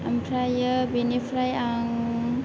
ओमफ्रायो बेनिफ्राय आं